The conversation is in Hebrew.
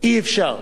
אי-אפשר לעשות.